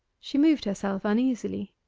she moved herself uneasily.